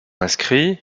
inscrits